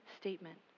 statement